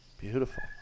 Beautiful